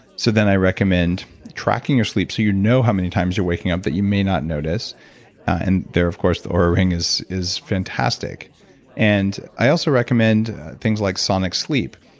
so then i recommend tracking your sleep so you know how many times you're waking up that you may not notice and there of course, the oura ring is is fantastic and i also recommend things like sonic sleep,